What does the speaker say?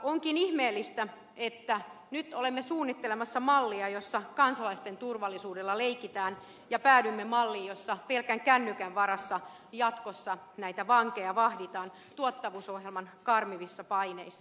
onkin ihmeellistä että nyt olemme suunnittelemassa mallia jossa kansalaisten turvallisuudella leikitään ja päädymme malliin jossa pelkän kännykän varassa jatkossa näitä vankeja vahditaan tuottavuusohjelman karmivissa paineissa